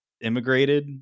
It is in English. immigrated